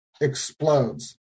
explodes